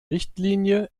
richtlinie